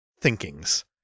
thinkings